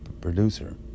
producer